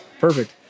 Perfect